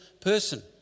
person